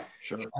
Sure